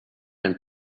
and